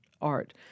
art